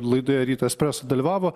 laidoje ryto espreso dalyvavo